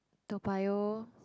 Toa-Payoh